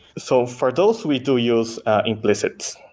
so for those we do use implicits.